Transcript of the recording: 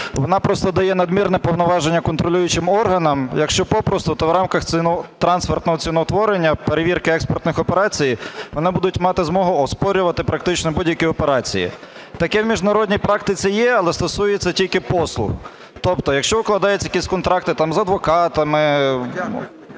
Вона просто дає надмірне повноваження контролюючим органам. Якщо попросту, то в рамках трансфертного ціноутворення перевірка експортних операцій вони будуть мати змогу оспорювати практично будь-які операції. Таке в міжнародній практиці є, але стосується тільки послуг. Тобто якщо укладаються якісь контракти там з адвокатами,